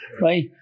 right